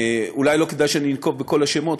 אולי לא כדאי שאני אנקוב בכל השמות,